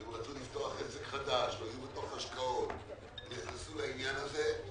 והם רצו לפתוח עסק חדש השקיעו ונכנסו לעניין הזה.